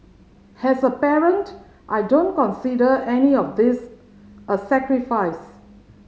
has a parent I don't consider any of this a sacrifice